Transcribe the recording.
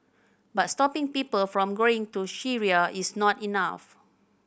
but stopping people from going to Syria is not enough